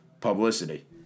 publicity